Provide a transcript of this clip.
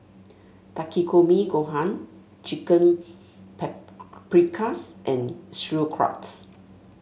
Takikomi Gohan Chicken Paprikas and Sauerkraut